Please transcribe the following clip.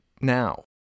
now